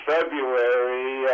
February